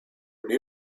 lui